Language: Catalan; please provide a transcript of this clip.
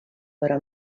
però